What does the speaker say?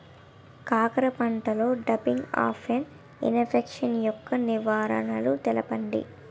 కాకర పంటలో డంపింగ్ఆఫ్ని ఇన్ఫెక్షన్ యెక్క నివారణలు తెలపండి?